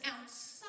outside